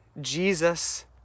Jesus